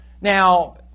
Now